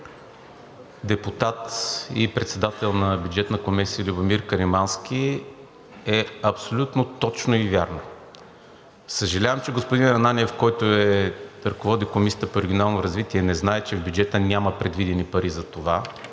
депутат и председател на Бюджетна комисия – Любомир Каримански, е абсолютно точно и вярно. Съжалявам, че господин Ананиев, който ръководи Комисията по регионално развитие не знае, че в бюджета няма предвидени пари за това